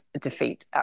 defeat